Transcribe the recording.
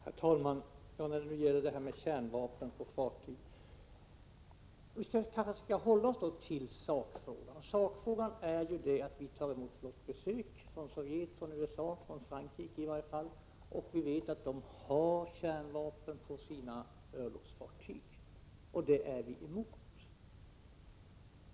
Herr talman! Jag återkommer till diskussionen om kärnvapen på fartyg. Men vi skall kanske då hålla oss till sakfrågan. Vi tar emot flottbesök från Sovjet, från USA och från Frankrike, och vi vet att de har kärnvapen på sina örlogsfartyg. Detta är vi emot.